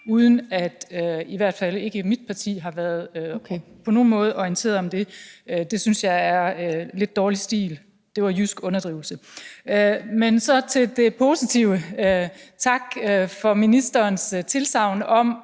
mit parti i hvert fald på nogen måde har været orienteret om det. Det synes jeg er lidt dårlig stil – og det er en jysk underdrivelse. Men så til det positive: Tak for ministerens tilsagn om